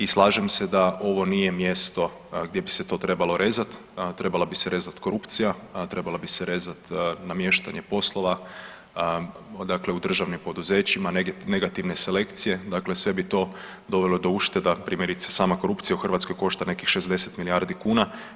I slažem se da ovo nije mjesto gdje bi se to trebalo rezat, trebala bi se rezat korupcija, trebala bi se rezat namještanje poslova dakle u državnim poduzećima negativne selekcije dakle sve bi to dovelo do ušteda, primjerice sama korupcija u Hrvatskoj košta nekih 60 milijardi kuna.